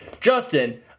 Justin